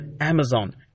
Amazon